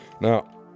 Now